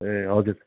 ए हजुर